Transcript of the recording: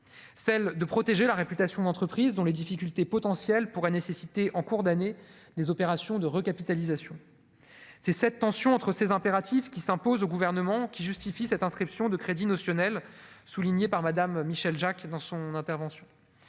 celle de protéger la réputation d'entreprise dont les difficultés potentielles pourraient nécessiter en cours d'année, des opérations de recapitalisation, c'est cette tension entre ces impératifs qui s'imposent au gouvernement qui justifie cette inscription de crédits notionnel soulignée par Madame Michèle Jacques dans son intervention,